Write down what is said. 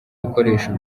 bikoresho